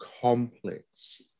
complex